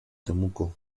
temuco